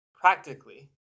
practically